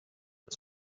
were